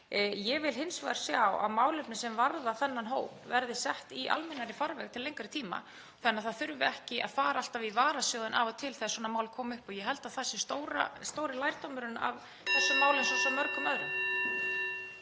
Ég vil hins vegar sjá að málefni sem varða þennan hóp verði sett í almennari farveg til lengri tíma þannig að það þurfi ekki að fara alltaf í varasjóðinn af og til þegar svona mál koma upp og ég held að það sé stóri lærdómurinn af þessu máli eins og svo mörgum öðrum.